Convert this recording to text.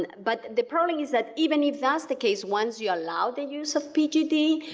and but the problem is that even if that's the case, once you allow the use of pgd,